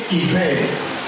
events